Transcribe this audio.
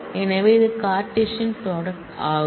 எனவே இது கார்ட்டீசியன் தயாரிப்பு ஆகும்